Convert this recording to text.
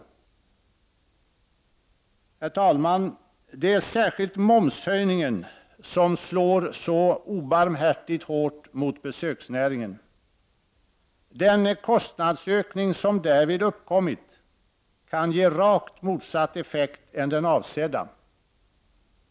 Herr talman! Det är särskilt momshöjningen som slår så obarmhärtigt hårt mot besöksnäringen. Den kostnadsökning som därvid uppkommit kan ge rakt motsatt effekt än den avsedda.